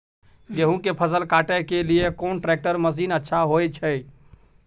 गेहूं के फसल काटे के लिए कोन ट्रैक्टर मसीन अच्छा होय छै?